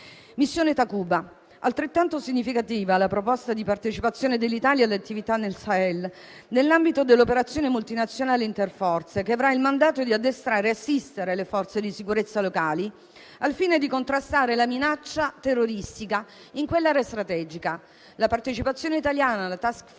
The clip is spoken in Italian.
missione Takuba. Altrettanto significativa è la proposta di partecipazione dell'Italia alle attività nel Sahel nell'ambito dell'operazione multinazionale interforze che avrà il mandato di addestrare e assistere le forze di sicurezza locali al fine di contrastare la minaccia terroristica in quell'area strategica.